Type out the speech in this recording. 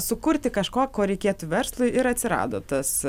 sukurti kažko ko reikėtų verslui ir atsirado tas